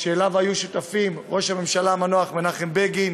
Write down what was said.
שבו היו שותפים ראש הממשלה המנוח מנחם בגין